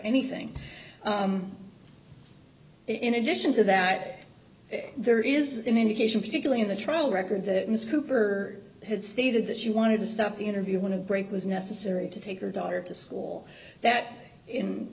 anything in addition to that there is an indication particularly in the trial record that ms cooper had stated that she wanted to stop the interview went to break was necessary to take her daughter to school that in